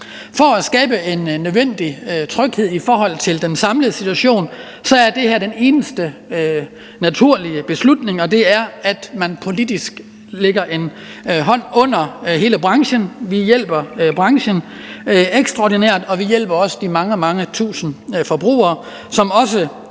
For at skabe en nødvendig tryghed i forhold til den samlede situation er det her den eneste naturlige beslutning, nemlig at man politisk lægger en hånd under hele branchen. Vi hjælper branchen ekstraordinært, og vi hjælper de mange, mange tusinde forbrugere, som også